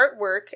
artwork